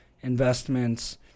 investments